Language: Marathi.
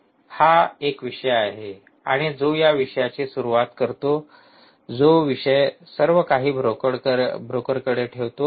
हा एक विषय आहे आणि जो विषयाची सुरुवात करतो जो विषय सर्व काही ब्रोकरकडे ठेवतो